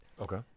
Okay